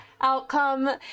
outcome